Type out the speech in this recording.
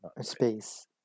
space